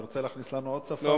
אתה רוצה להכניס לנו עוד שפה?